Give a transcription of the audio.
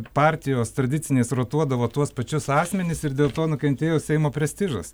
partijos tradicinės rotuodavo tuos pačius asmenis ir dėl to nukentėjo seimo prestižas